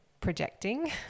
projecting